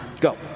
Go